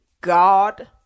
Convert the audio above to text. God